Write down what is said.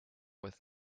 with